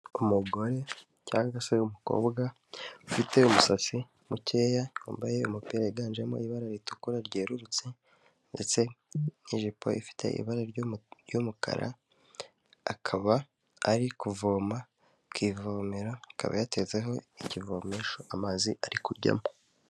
Umugore cyangwa se umukobwa ufite umusatsi mukeya, wambaye umupira wiganjemo ibara ritukura ryerurutse ndetse n'ijipo ifite ibara ry'umukara, akaba ari kuvoma ku ivomera, akaba yateretseho ikivomesho amazi ari kujyamo.